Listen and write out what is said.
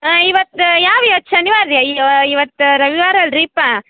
ಹಾಂ ಇವತ್ತು ಯಾವ ಇವತ್ತು ಶನಿವಾರ ರೀ ಅಯ್ಯೋ ಇವತ್ತು ರವಿವಾರ ಅಲ್ಲರೀ ಪಾ